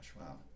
wow